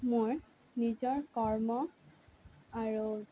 মোৰ নিজৰ কৰ্ম আৰু